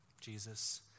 Jesus